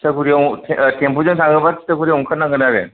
तितागुरियाव थे थेम्प'जों थाङोबा तितागुरियाव ओंखारनांगोन आरो